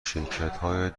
شرکتهای